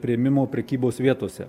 priėmimo prekybos vietose